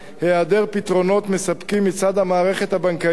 היעדר פתרונות מספקים מצד המערכת הבנקאית,